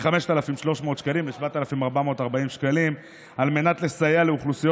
מ-5,300 שקלים ל-7,440 שקלים על מנת לסייע לאוכלוסיות